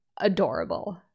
adorable